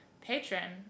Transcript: patron